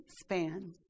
span